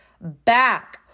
back